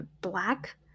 black